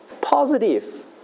Positive